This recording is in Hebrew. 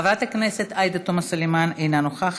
חברת הכנסת עאידה תומא סלימאן, אינה נוכחת.